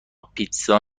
پیتزا